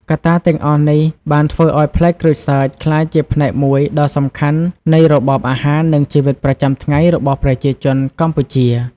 កត្តាទាំងអស់នេះបានធ្វើឲ្យផ្លែក្រូចសើចក្លាយជាផ្នែកមួយដ៏សំខាន់នៃរបបអាហារ និងជីវិតប្រចាំថ្ងៃរបស់ប្រជាជនកម្ពុជា។